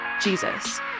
Jesus